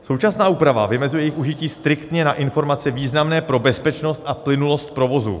Současná úprava vymezuje jejich užití striktně na informace významné pro bezpečnost a plynulost provozu.